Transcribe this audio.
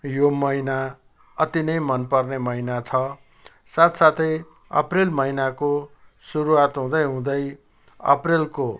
यो महिना अति नै मनपर्ने महिना छ साथसाथै अप्रेल महिनाको सुरुआत हुँदै हुँदै अप्रेलको